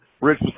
Rich